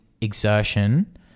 exertion